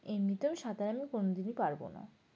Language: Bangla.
এমনিতেও সাঁতার আমি কোনো দিনই পারব না